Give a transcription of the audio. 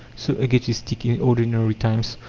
so egotistic in ordinary times,